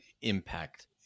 impact